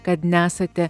kad nesate